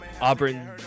Auburn